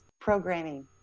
programming